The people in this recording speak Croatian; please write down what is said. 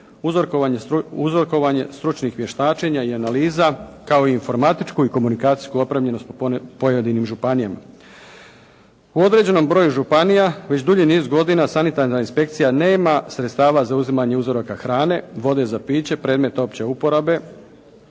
uzorkovanje stručnih vještačenja i analiza kao i informatičku i komunikacijsku opremljenost po pojedinim županijama. U određenom broju županija već dulji niz godina sanitarna inspekcija nema sredstava za uzimanje uzoraka hrane, vode za piće, predmet opće uporabe